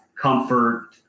comfort